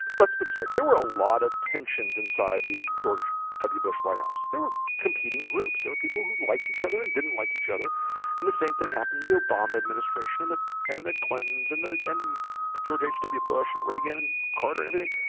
let's put this way. there were a lot of tensions inside the george w bush white house there were competing groups there were people who liked each other and didn't like each other and the same thing happened the obama administration and the and the clintons and the and george hw bush and reagan and carter everything